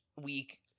week